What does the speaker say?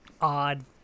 odd